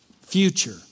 future